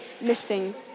missing